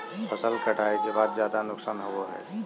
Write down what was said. फसल कटाई के बाद ज्यादा नुकसान होबो हइ